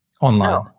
online